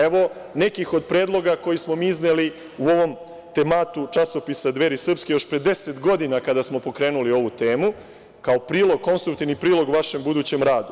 Evo nekih od predloga koje smo mi izneli u ovom tematu časopisa „Dveri srpske“ još pre deset godina kada smo pokrenuli ovu temu, kao prilog, konstruktivni prilog vašem budućem radu.